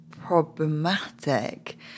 problematic